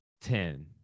Ten